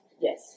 Yes